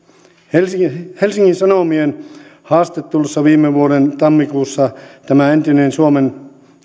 helsingin helsingin sanomien haastattelussa viime vuoden tammikuussa tämä entinen suomen